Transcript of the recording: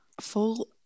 full